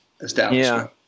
establishment